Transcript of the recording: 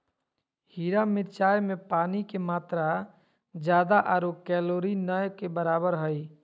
हरा मिरचाय में पानी के मात्रा ज्यादा आरो कैलोरी नय के बराबर हइ